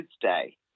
Tuesday